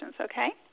okay